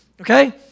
okay